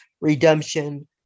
redemption